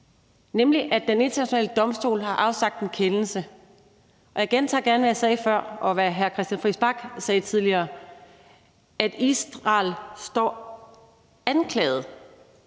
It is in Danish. nemlig at Den Internationale Domstol har afsagt en kendelse. Jeg gentager gerne, hvad jeg sagde før, og hvad hr. Christian Friis Bach sagde tidligere: at Israel står anklaget